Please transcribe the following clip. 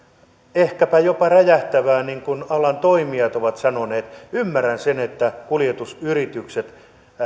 ehkäpä jopa räjähtävää asiaa niin kuin alan toimijat ovat sanoneet ymmärrän sen että kuljetusyritykset